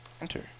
enter